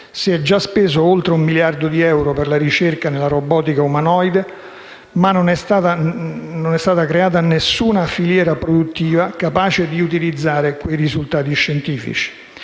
Si è già speso oltre un miliardo di euro per la ricerca nella robotica umanoide, ma non è nata alcuna filiera produttiva capace di utilizzare quei risultati scientifici.